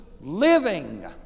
living